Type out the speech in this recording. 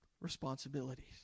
responsibilities